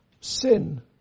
sin